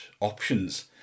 options